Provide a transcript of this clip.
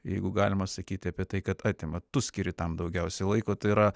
jeigu galima sakyti apie tai kad atima tu skiri tam daugiausiai laiko tai yra